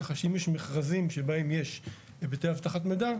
ככה שאם יש מכרזים שבהם יש היבטי אבטחת מידע,